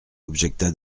objecta